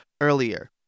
earlier